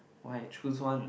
why choose one